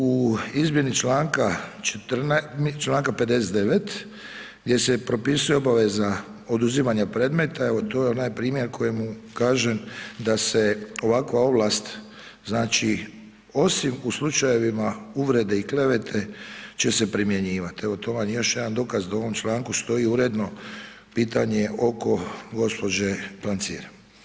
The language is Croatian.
U izmjeni čl. 59. gdje se propisuje obaveza oduzimanja predmeta, evo, to je onaj primjer kojemu kažem da se ovakva ovlast, znači, osim u slučajevima uvrede i klevete će se primjenjivati, evo, to vam je još jedan dokaz da u ovom članku stoji uredno pitanje oko gospođe Klancir.